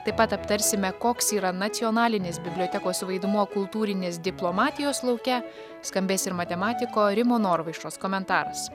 taip pat aptarsime koks yra nacionalinės bibliotekos vaidmuo kultūrinės diplomatijos lauke skambės ir matematiko rimo norvaišos komentaras